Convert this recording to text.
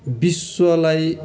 विश्वलाई